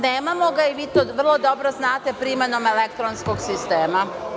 Nemamo ga i vi to vrlo dobro znate, primenom elektronskog sistema.